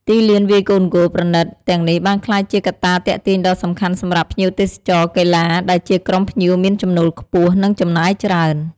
ទីលានវាយកូនហ្គោលប្រណីតទាំងនេះបានក្លាយជាកត្តាទាក់ទាញដ៏សំខាន់សម្រាប់ ភ្ញៀវទេសចរកីឡា ដែលជាក្រុមភ្ញៀវមានចំណូលខ្ពស់ និងចំណាយច្រើន។